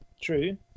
true